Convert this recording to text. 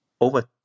over